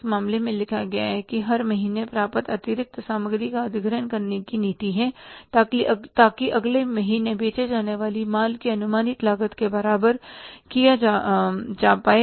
इस मामले में लिखा गया है कि हर महीने पर्याप्त अतिरिक्त सामग्री का अधिग्रहण करने की नीति है ताकि अगले महीने बेचे जाने वाले माल की अनुमानित लागत के बराबर किया जा पाए